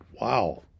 wow